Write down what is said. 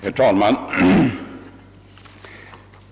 Herr talman!